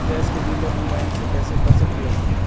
Gas के बिलों हम बैंक से कैसे कर सकली?